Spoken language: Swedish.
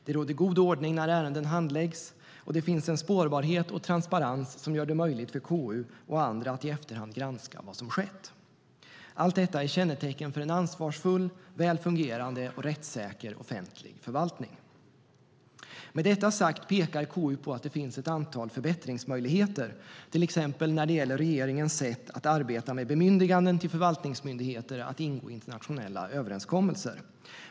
Det råder god ordning när ärenden handläggs, och det finns en spårbarhet och transparens som gör det möjligt för KU och andra att i efterhand granska vad som har skett. Allt detta är kännetecken för en ansvarsfull, väl fungerande och rättssäker offentlig förvaltning. Med detta sagt pekar KU på att det finns ett antal förbättringsmöjligheter, till exempel när det gäller regeringens sätt att arbeta med bemyndiganden till förvaltningsmyndigheter att ingå internationella överenskommelser.